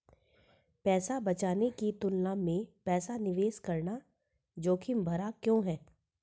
पैसा बचाने की तुलना में पैसा निवेश करना जोखिम भरा क्यों है?